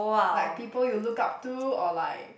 like people you look up to or like